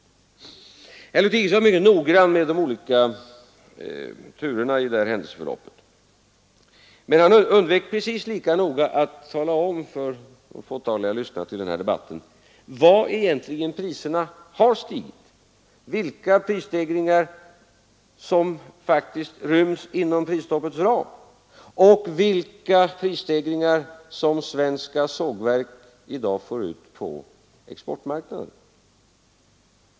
Herr Lothigius var mycket noggrann med de olika turerna i Nr 131 händelseförloppet, men han undvek precis lika noga att tala om för de Tisdagen den fåtaliga lyssnarna till den här debatten hur egentligen priserna har stigit, 13 november 1973 vilka prisstegringar som faktiskt ryms inom prisstoppets ram och vilka prisstegringar som svenska sågverk i dag får ut på exportmarknaden.